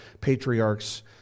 patriarchs